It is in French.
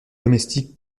domestiques